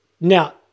Now